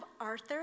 Arthur